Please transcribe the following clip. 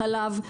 חלב,